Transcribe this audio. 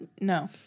No